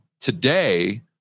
today